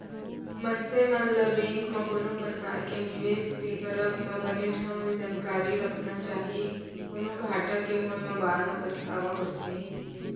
मनसे मन ल बेंक म कोनो परकार के निवेस के करब म बने ढंग ले जानकारी रखना चाही, कोनो घाटा के होय म बाद म पछतावा होथे